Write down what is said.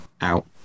out